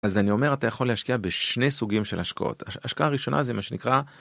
אז אני אומר אתה יכול להשקיע בשני סוגים של השקעות, השקעה הראשונה זה מה שנקרא